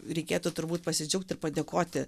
reikėtų turbūt pasidžiaugt ir padėkoti